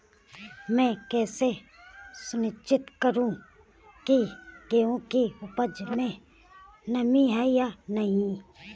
मैं कैसे सुनिश्चित करूँ की गेहूँ की उपज में नमी है या नहीं?